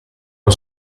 con